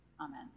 amen